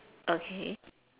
okay